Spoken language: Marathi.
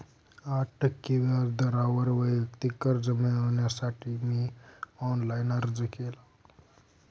आठ टक्के व्याज दरावर वैयक्तिक कर्ज मिळविण्यासाठी मी ऑनलाइन अर्ज केला